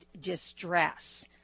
distress